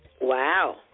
Wow